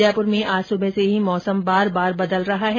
जयपुर में आज सुबह से ही मौसम बार बार बदल रहा है